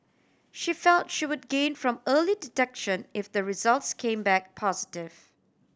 she felt she would gain from early detection if the results came back positive